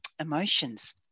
emotions